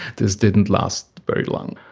this didn't last very long.